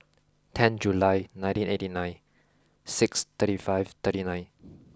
tenth July nineteen eighteen nine six thirty five thirty nine